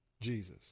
Jesus